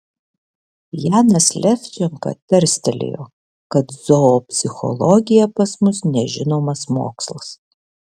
janas levčenka tarstelėjo kad zoopsichologija pas mus nežinomas mokslas